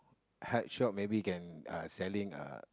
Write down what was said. health shop maybe you can uh selling uh